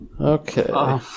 Okay